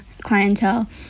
clientele